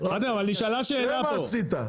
שנייה רגע, חתאם, תראה מה עשית?